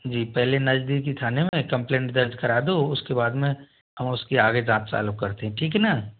जी पहले नजदीकी थाने में कंप्लेंट दर्ज करा दो उसके बाद में हम उसकी आगे जाँच चालू करते हैं ठीक है ना